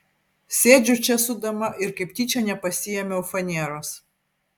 sėdžiu čia su dama ir kaip tyčia nepasiėmiau faneros